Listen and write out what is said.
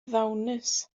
ddawnus